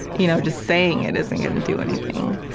you know, just saying it isn't going to do anything.